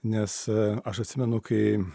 nes aš atsimenu kai